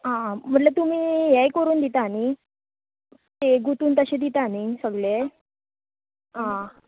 आं आं म्हटल्यार तुमी हेय करून दिता न्ही हे गुंथून बीन तशे दिता न्ही सगले आं